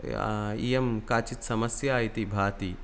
काचित् समस्या इति भाति